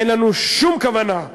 אין לנו שום כוונה,